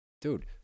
dude